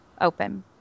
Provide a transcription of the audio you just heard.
open